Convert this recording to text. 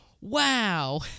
Wow